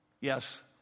Yes